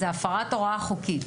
זה הפרת הוראה חוקית.